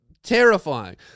terrifying